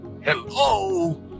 Hello